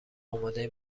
اماده